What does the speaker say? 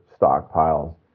stockpiles